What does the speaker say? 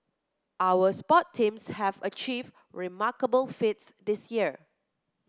our sports teams have achieved remarkable feats this year